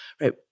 right